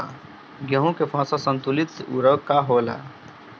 गेहूं के फसल संतुलित उर्वरक का होला?